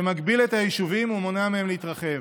שמגביל את היישובים ומונע מהם להתרחב.